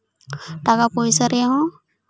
ᱴᱟᱠᱟ ᱯᱚᱭᱥᱟ ᱨᱮᱭᱟᱜ ᱦᱚᱸ